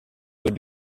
would